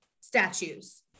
statues